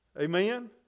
amen